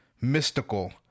mystical